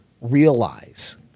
realize